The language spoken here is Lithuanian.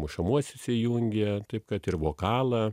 mušamuosius įjungia taip kad ir vokalą